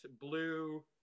blue